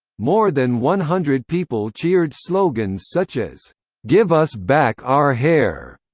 more than one hundred people cheered slogans such as give us back our hair!